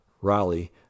Raleigh